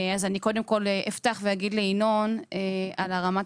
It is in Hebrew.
אני קודם כל אפתח ואגיד לינון על הרמת